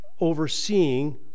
Overseeing